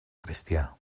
cristià